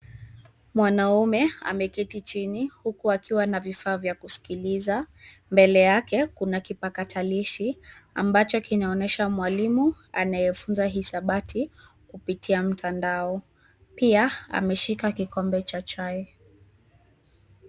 Mwanaume ameketi chini huku akiwa na vifaa vya kusikiliza . Mbele yake kuna kipakatalishi ambacho kinaonyesha mwalimu aneye fiunza hisabati kupitia mtandao pia ameshika kikombe cha chai.